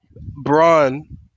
Braun